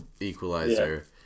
equalizer